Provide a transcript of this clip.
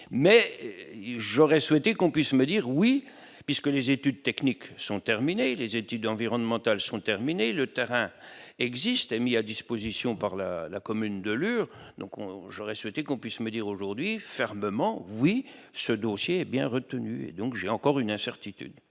mais j'aurais souhaité qu'on puisse me dire oui, puisque les études techniques sont terminées les études environnementales sont terminés, le terrain mis à disposition par la la commune de l'UE, donc on au Jaurès souhaité qu'on puisse me dire aujourd'hui fermement oui ce dossier bien retenu, donc j'ai encore une incertitude,